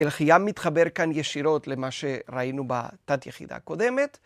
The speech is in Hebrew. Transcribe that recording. אל חיאם מתחבר כאן ישירות למה שראינו בתת יחידה הקודמת.